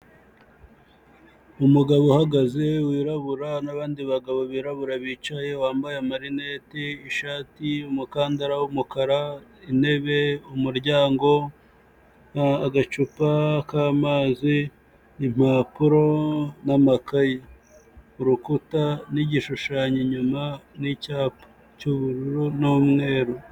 Umugabo uhagaze wirabura n'abandi bagabo birarabura bicaye wambaye amarineti, ishati, umukandara w'umukara, intebe umuryango, agacupa k'amazi, impapuro n'amakayi, urukuta n'igishushanyo inyuma n'icyapa cy'ubururu n'umweru.